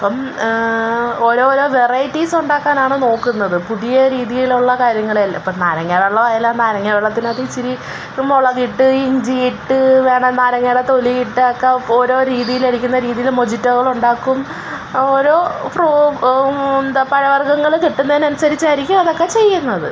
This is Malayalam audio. അപ്പം ഓരോരോ വെറൈറ്റീസുണ്ടാക്കാനാണ് നോക്കുന്നത് പുതിയ രീതിയിലുള്ള കാര്യങ്ങളെല്ലാം അപ്പോൾ നാരങ്ങാ വെള്ളം ആയാലും നാരങ്ങാവെള്ളത്തിനകത്ത് ഇച്ചിരി മുളകിട്ട് ഇഞ്ചിയിട്ട് ചെറുനാരങ്ങയുടെ തൊലി ഇട്ടൊക്കെ ഓരോ രീതിയിലടിക്കുന്ന രീതിയില് മൊജിറ്റോകളുണ്ടാക്കും ഓരോ ഫ്രൂ പഴവർഗങ്ങള് കിട്ടുന്നതിന് അനുസരിച്ചായിരിക്കും അതൊക്കെ ചെയ്യുന്നത്